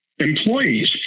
employees